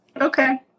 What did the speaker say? okay